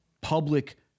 public